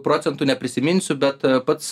procentų neprisiminsiu bet pats